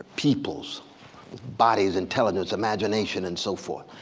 people's with bodies, intelligence, imagination, and so forth.